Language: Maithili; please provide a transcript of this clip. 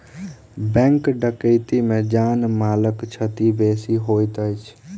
बैंक डकैती मे जान मालक क्षति बेसी होइत अछि